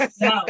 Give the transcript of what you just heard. No